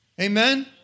Amen